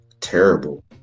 terrible